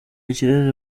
ikirezi